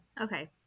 okay